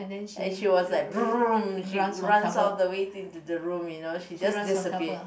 and she was like she runs all the way into the room you know she just disappear